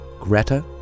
Greta